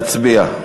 להצביע.